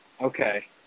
Okay